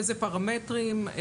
איזה פרמטרים.